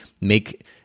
make